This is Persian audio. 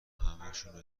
همشونو